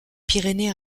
pyrénées